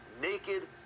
naked